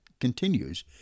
continues